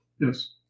Yes